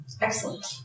Excellent